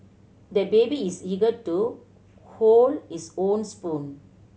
the baby is eager to hold his own spoon